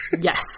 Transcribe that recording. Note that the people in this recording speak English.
Yes